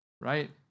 right